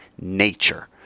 nature